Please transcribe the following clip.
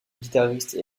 guitariste